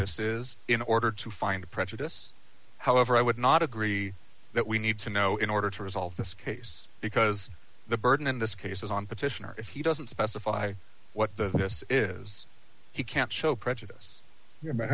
this is in order to find prejudice however i would not agree that we need to know in order to resolve this case because the burden in this case is on petitioner if he doesn't specify what the this is he can't show prejudice